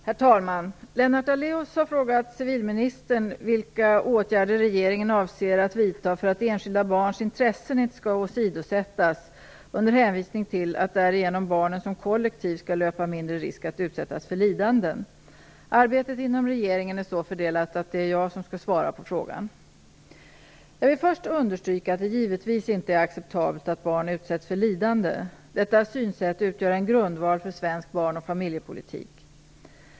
Herr talman! Lennart Daléus har frågat civilministern vilka åtgärder regeringen avser att vidta för att enskilda barns intressen inte skall åsidosättas med hänvisning till att barnen som kollektiv därigenom skall löpa mindre risk att utsättas för lidanden. Arbetet inom regeringen är så fördelat att det är jag som skall svara på frågan. Jag vill först understryka att det givetvis inte är acceptabelt att barn utsätts för lidande. Detta synsätt utgör en grundval för svensk barn och familjepolitik.